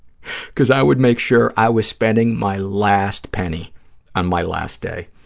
because i would make sure i was spending my last penny on my last day.